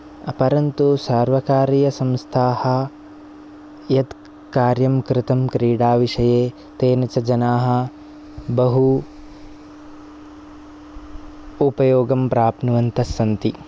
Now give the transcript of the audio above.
अपरन्तु सार्वकारीयसंथाः यत् कार्यं कृतं क्रीडाविषये तेन च जनाः बहु उपयोगं प्राप्नुवन्तः सन्ति